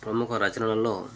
ప్రముఖ రచనలల్లో